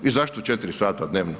I zašto 4 sata dnevno?